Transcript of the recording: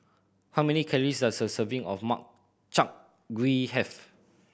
how many calories does a serving of Makchang Gui have